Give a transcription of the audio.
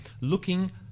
looking